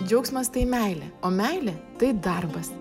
džiaugsmas tai meilė o meilė tai darbas